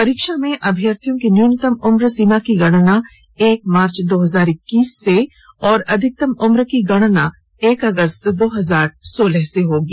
परीक्षा में अभ्यर्थियों की न्यूनतम उम्र सीमा की गणना एक मार्च दो हजार इक्कीस से और अधिकतम उम्र की गणना एक अगस्त दो हजार सोलह से होगी